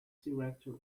directory